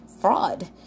fraud